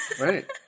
Right